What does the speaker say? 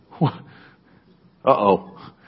Uh-oh